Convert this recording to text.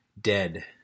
dead